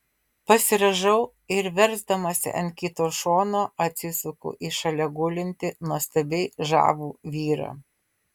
pasirąžau ir versdamasi ant kito šono atsisuku į šalia gulintį nuostabiai žavų vyrą